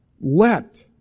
let